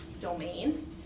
domain